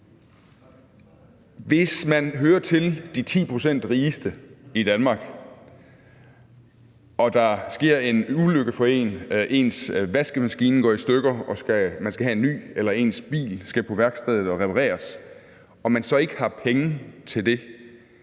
Hvis man hører til de 10 pct. rigeste i Danmark og der sker en ulykke for en, f.eks. at ens vaskemaskine går i stykker og man skal have en ny, eller at ens bil skal på værksted og repareres og man så ikke har penge til det,